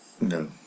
No